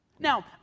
Now